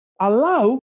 allow